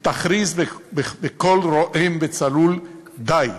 ותכריז בקול רועם וצלול: די.